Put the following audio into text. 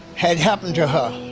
had happened to her.